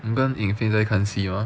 我跟 yin fei 在看戏吗